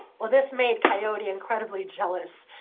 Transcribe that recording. well, this made coyote incredibly jealous.